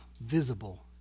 visible